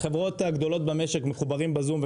החברות הגדולות במשק מחוברים בזום,